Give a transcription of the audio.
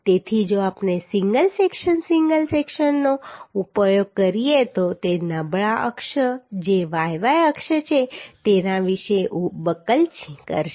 તેથી જો આપણે સિંગલ સેક્શનનો ઉપયોગ કરીએ તો તે નબળા અક્ષ જે y y અક્ષ છે તેના વિશે બકલ કરશે